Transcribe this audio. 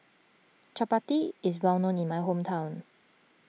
Chapati is well known in my hometown